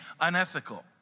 unethical